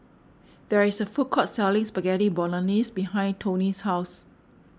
there is a food court selling Spaghetti Bolognese behind Toney's house